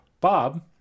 Bob